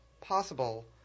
possible